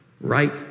right